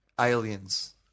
aliens